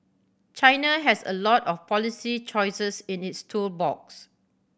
China has a lot of policy choices in its tool box